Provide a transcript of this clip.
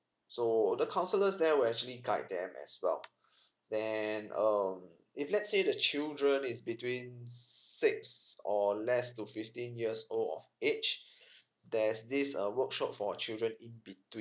so the counsellors there will actually guide them as well then um if let's say the children is between six or less to fifteen years old of age there's this err workshop for children in